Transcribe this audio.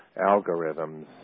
algorithms